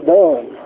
done